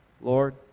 Lord